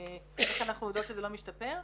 איך אנחנו יודעות שזה לא משתפר?